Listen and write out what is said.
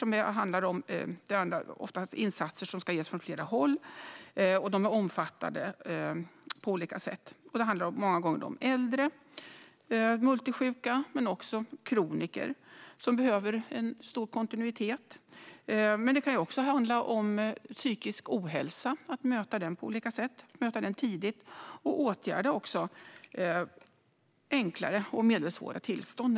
Det gäller ofta insatser som ska ges från flera håll och som på olika sätt är omfattande. Det handlar många gånger om äldre multisjuka men också om kroniker som behöver stor kontinuitet. Det kan även handla om psykisk ohälsa och att möta den på olika sätt, att möta den tidigt och att åtgärda enklare och medelsvåra tillstånd.